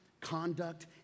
conduct